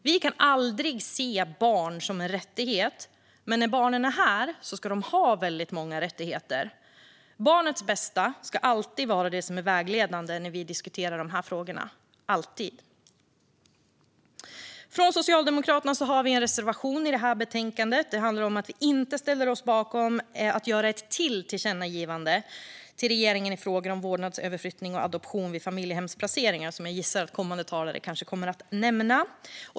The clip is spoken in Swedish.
Vi kan aldrig se barn som en rättighet, men när barnen är här ska de ha väldigt många rättigheter. Barnets bästa ska alltid vara det som är vägledande när vi diskuterar de här frågorna - alltid. Från Socialdemokraterna har vi en reservation i det här betänkandet. Den handlar om att vi inte ställer oss bakom att göra ytterligare ett tillkännagivande till regeringen i frågor om vårdnadsöverflyttning och adoption vid familjehemsplaceringar, som jag gissar att kommande talare kommer att nämna.